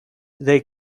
they